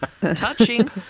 touching